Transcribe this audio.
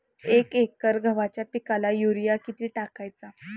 एक एकर गव्हाच्या पिकाला युरिया किती टाकायचा?